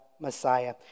Messiah